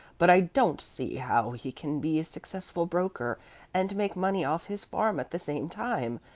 but i don't see how he can be a successful broker and make money off his farm at the same time.